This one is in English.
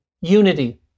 unity